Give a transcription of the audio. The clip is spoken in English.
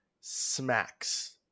smacks